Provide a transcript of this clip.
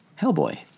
Hellboy